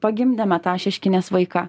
pagimdėme tą šeškinės vaiką